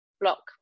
block